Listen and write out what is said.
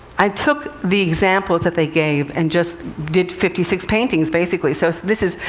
i took the examples that they gave, and just did fifty six paintings, basically. so, this is,